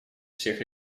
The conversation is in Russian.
всех